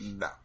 no